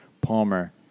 Palmer